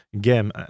game